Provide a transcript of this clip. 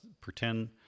Pretend